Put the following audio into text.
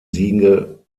siege